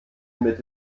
mit